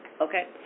okay